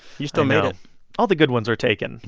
you still made it all the good ones were taken.